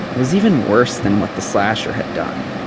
was even worse than what the slasher had done,